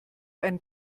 einen